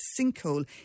sinkhole